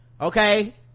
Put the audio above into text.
okay